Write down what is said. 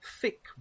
thick